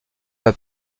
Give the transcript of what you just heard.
dans